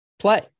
play